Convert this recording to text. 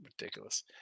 ridiculous